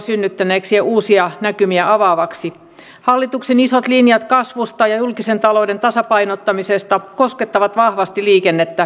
puolustusvoimat on tänä vuonna pystynyt palauttamaan toiminnan tason ja se pystytään säilyttämään myös tulevana vuonna